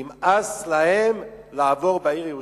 נמאס להם לעבור בעיר ירושלים.